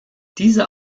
diese